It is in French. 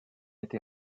été